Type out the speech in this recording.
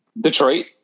Detroit